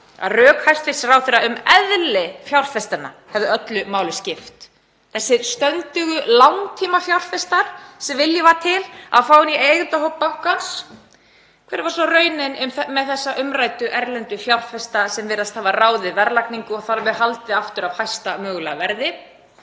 að rök hæstv. ráðherra um eðli fjárfestanna hefðu öllu máli skipt, þessa stöndugu langtímafjárfesta sem vilji var til að fá inn í eigendahóp bankans. Hver varð svo raunin með þessa umræddu erlendu fjárfesta sem virðast hafa ráðið verðlagningu og þar með haldið aftur af hæsta mögulega verði?